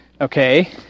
okay